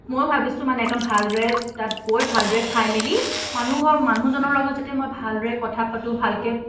মই ভাবিছোঁ মানে একদম ভালদৰে তাত গৈ ভালদৰে খাই মেলি মানুহঘৰ মানুহজনৰ লগত যাতে মই ভালদৰে কথা পাতোঁ ভালকৈ